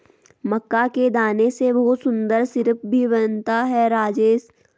मक्का के दाने से बहुत सुंदर सिरप भी बनता है राजेश